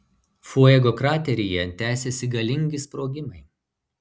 fuego krateryje tęsiasi galingi sprogimai